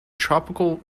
tropical